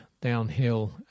downhill